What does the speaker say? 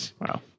Wow